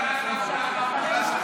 אני רוצה,